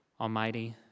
Almighty